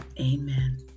Amen